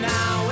Now